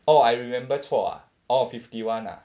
orh I remember 错 orh fifty one ah